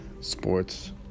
Sports